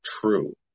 true